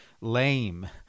lame